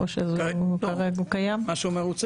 הוא צודק במה שהוא אומר.